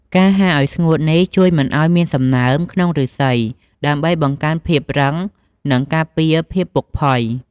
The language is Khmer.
ការហាលអោយស្ងួតនេះជួយមិនអោយមានសំណើមក្នុងឫស្សី ដើម្បីបង្កើនភាពរឹង និងការពារភាពពុកផុយ។